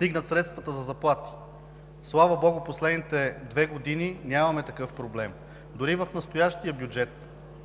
да може средствата за заплати да стигнат. Слава богу, през последните две години нямаме такъв проблем. Дори в настоящия бюджет